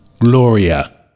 Gloria